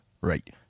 Right